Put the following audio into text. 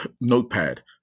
Notepad